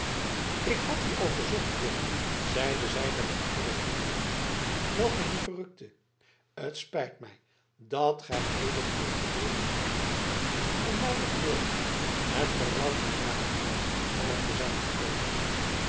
ik had u al gezocht ridder zeide zij met een gulle vriendelijkheid welke hem verrukte het spijt mij dat gij heden ongelegenheid hebt gehad om mijnentwil het berouwt mij waarlijk in holland te zijn gekomen